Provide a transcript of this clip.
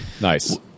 nice